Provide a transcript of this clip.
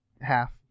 half